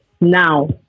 now